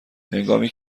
هنگامی